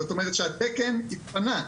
זאת אומרת שהתקן התפנה.